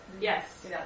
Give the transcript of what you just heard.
Yes